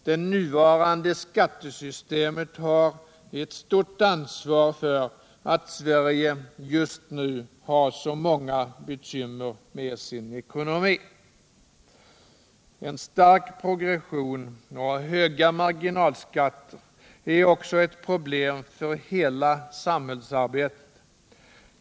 Det nuvarande skattesystemet har ett stort ansvar för att Sverige 113 just nu har så många bekymmer med sin ekonomi. En stark progression och ökade marginalskatter är också ett problem för hela samhällsarbetet.